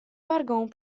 wargą